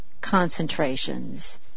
concentrations